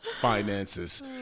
finances